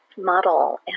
model